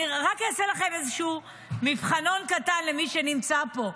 אני רק אעשה לכם איזשהו מבחנון קטן למי שנמצא פה.